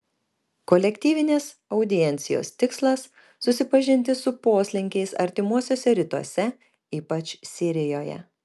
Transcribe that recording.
kolektyvinės audiencijos tikslas susipažinti su poslinkiais artimuosiuose rytuose ypač sirijoje